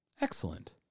Excellent